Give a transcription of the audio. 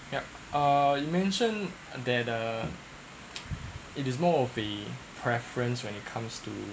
yeah err you mentioned that uh it is more of a preference when it comes to